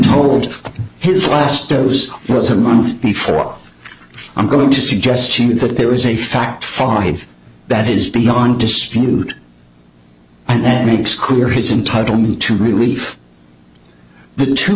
told his west those words a month before i'm going to suggestion that there is a fact five that is beyond dispute and that makes clear his entitle me to relief the two